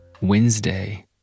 Wednesday